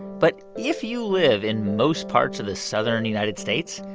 but if you live in most parts of the southern united states,